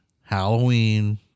Halloween